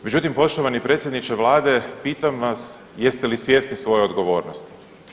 Međutim poštovani predsjedniče Vlade pitam vas, jeste li svjesni svoje odgovornosti?